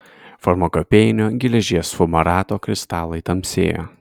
farmakopėjinio geležies fumarato kristalai tamsėja